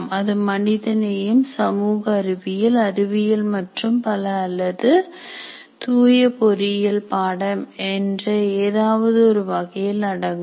அது மனித நேயம் சமூக அறிவியல் அறிவியல் மற்றும் பல அல்லது தூய பொறியியல் பாடம் என்ற ஏதாவது ஒரு வகையில் அடங்கும்